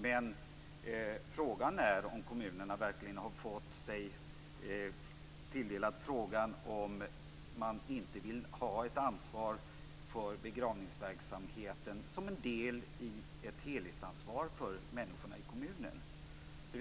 Men frågan är om kommunerna verkligen har fått sig tilldelad frågan om de vill ha ett ansvar för begravningsverksamheten som en del i ett helhetsansvar för människorna i kommunen. Som